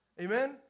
Amen